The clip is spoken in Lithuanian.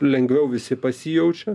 lengviau visi pasijaučia